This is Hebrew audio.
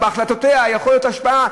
או שבהחלטותיה יכולה להיות השפעה,